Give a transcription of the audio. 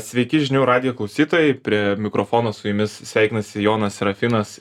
sveiki žinių radijo klausytojai prie mikrofono su jumis sveikinasi jonas serafinas